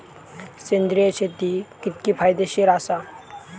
सेंद्रिय शेती कितकी फायदेशीर आसा?